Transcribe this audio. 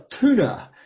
tuna